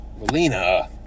Melina